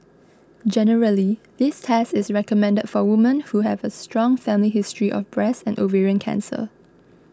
generally this test is recommended for women who have a strong family history of breast and ovarian cancer